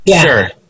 sure